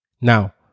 Now